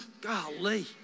Golly